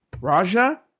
Raja